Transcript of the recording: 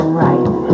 right